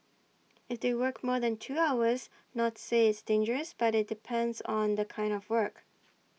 if they work more than two hours not say it's dangerous but IT depends on the kind of work